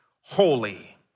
holy